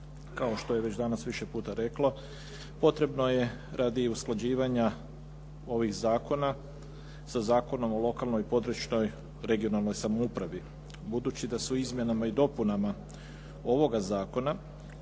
kao što je već danas više puta reklo potrebno je radi usklađivanja ovih zakona sa Zakonom o lokalnoj i područnoj (regionalnoj) samoupravi. Budući da su izmjenama i dopunama ovoga zakona